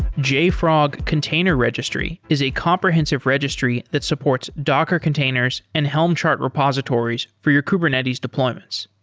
jfrog container registry is a comprehensive registry that supports docker containers and helm chart repositories for your kubernetes deployments.